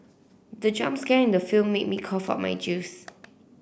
the jump scare in the film made me cough of my juice